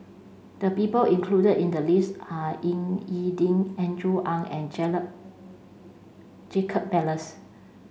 the people included in the list are Ying E Ding Andrew Ang and Jacob Ballas